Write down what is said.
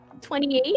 $28